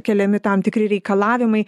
keliami tam tikri reikalavimai